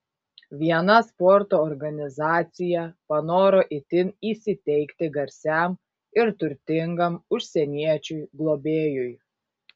viena sporto organizacija panoro itin įsiteikti garsiam ir turtingam užsieniečiui globėjui